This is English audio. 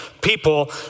people